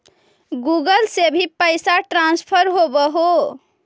Google से भी पैसा ट्रांसफर होवहै?